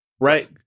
right